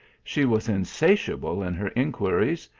she was insatiable in her inquiries,